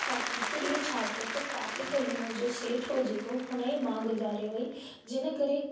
का हिकु ॾींहुं छा थियो त काके कल्लूमल जो सेठ हो जेको हुन जी मां गुजारे वई जिन करे